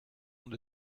und